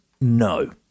No